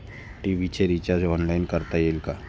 TV चे recharge online करता येईल का?